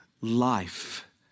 life